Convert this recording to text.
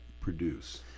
produce